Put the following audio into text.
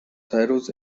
titles